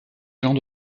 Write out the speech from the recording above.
gens